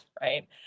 Right